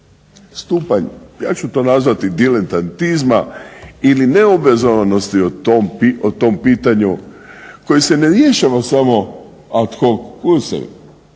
stupanj, ja ću to nazvati diletantizma ili neobrazovanosti o tom pitanju koji se ne rješava samo ad hoc ….